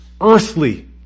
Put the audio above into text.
earthly